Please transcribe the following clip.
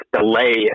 delay